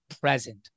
present